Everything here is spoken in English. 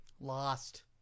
Lost